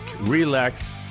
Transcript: relax